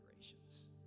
generations